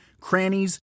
crannies